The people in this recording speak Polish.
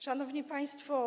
Szanowni Państwo!